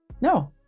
No